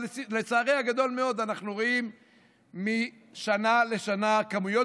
ולצערי הגדול מאוד אנחנו רואים משנה לשנה כמויות